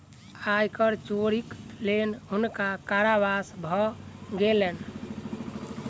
आय कर चोरीक लेल हुनका कारावास भ गेलैन